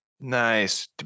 Nice